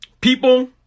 People